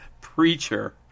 Preacher